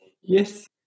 yes